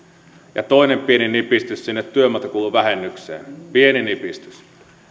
ja toinen pieni nipistys sinne työmatkakuluvähennykseen pieni nipistys